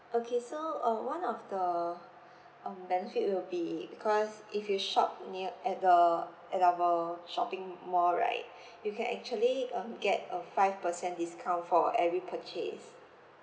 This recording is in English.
okay so uh one of the um benefit will be because if you shop near at the at our shopping mall right you can actually um get a five percent discount for every purchase